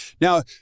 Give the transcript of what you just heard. Now